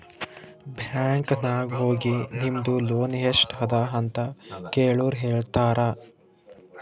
bank ನಾಗ್ ಹೋಗಿ ನಿಮ್ದು ಲೋನ್ ಎಸ್ಟ್ ಅದ ಅಂತ ಕೆಳುರ್ ಹೇಳ್ತಾರಾ